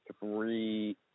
three